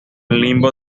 limbo